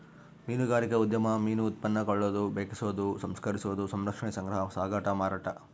ಮೀನುಗಾರಿಕಾ ಉದ್ಯಮ ಮೀನು ಉತ್ಪನ್ನ ಕೊಳ್ಳೋದು ಬೆಕೆಸೋದು ಸಂಸ್ಕರಿಸೋದು ಸಂರಕ್ಷಣೆ ಸಂಗ್ರಹ ಸಾಗಾಟ ಮಾರಾಟ